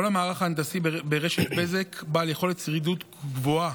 כל המערך ההנדסי ברשת בזק בעל יכולת שרידות גבוהה,